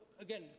again